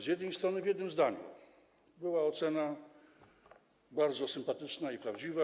Z jednej strony, w jednym zdaniu, była ocena bardzo sympatyczna i prawdziwa.